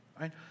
right